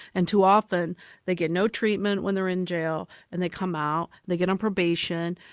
and too often they get no treatment when they're in jail and they come out, they get on probation,